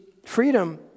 Freedom